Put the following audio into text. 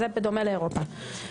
זה בדומה לאירופה.